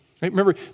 Remember